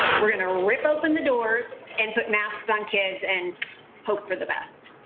we're going to rip open the doors and put masks on kids and hope for the best.